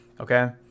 okay